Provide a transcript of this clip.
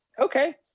okay